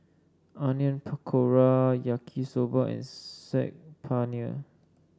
Onion Pakora Yaki Soba and Saag Paneer